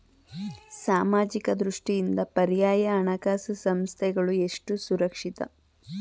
ಸಾಮಾಜಿಕ ದೃಷ್ಟಿಯಿಂದ ಪರ್ಯಾಯ ಹಣಕಾಸು ಸಂಸ್ಥೆಗಳು ಎಷ್ಟು ಸುರಕ್ಷಿತ?